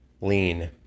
lean